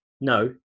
no